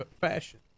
fashion